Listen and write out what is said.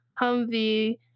Humvee